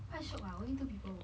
quite shiok ah only two people work